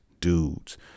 dudes